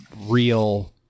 real